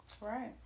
Right